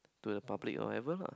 to the public or whatever lah